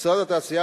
משרד התעשייה,